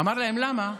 הוא אמר להם: למה?